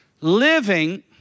Living